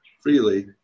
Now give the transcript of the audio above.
freely